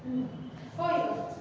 ఓయ్